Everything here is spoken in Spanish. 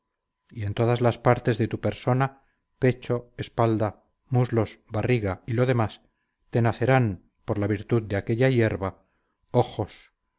y en todas las partes de tu persona pecho espalda muslos barriga y lo demás te nacerán por la virtud de aquella hierba ojos